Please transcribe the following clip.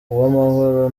uwamahoro